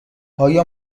آیا